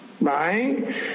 right